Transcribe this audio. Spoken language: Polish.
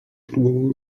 próbował